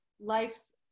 life's